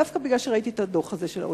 דווקא בגלל שראיתי את הדוח הזה של ה-OECD.